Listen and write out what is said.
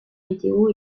météo